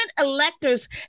electors